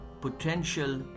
potential